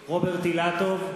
אילטוב,